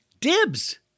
dibs